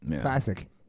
Classic